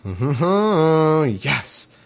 Yes